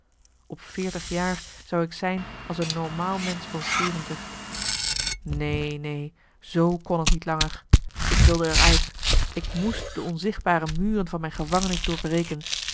op veertig jaar zou ik zijn als een normaal mensch van zeventig neen neen zoo kon t niet langer ik wilde er uit ik moest de onzichtbare muren van mijn gevangenis doorbreken